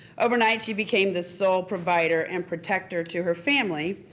overnight she became the sole provider and protector to her family,